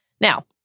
Now